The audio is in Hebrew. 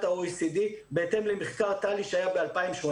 ה-OECD בהתאם למחקר טאליס שהיה ב-2018,